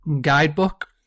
guidebook